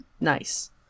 Nice